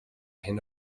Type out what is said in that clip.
hyn